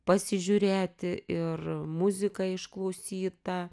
pasižiūrėti ir muzika išklausyta